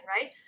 right